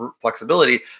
flexibility